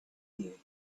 you